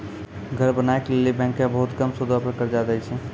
घर बनाय के लेली बैंकें बहुते कम सूदो पर कर्जा दै छै